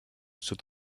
sud